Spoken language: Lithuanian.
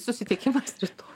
susitikimas rytoj